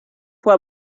fue